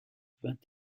vingt